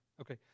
Okay